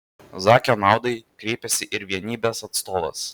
zakio naudai kreipėsi ir vienybės atstovas